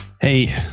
Hey